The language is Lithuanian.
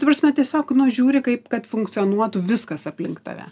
ta prasme tiesiog nu žiūri kaip kad funkcionuotų viskas aplink tave